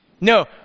No